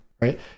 right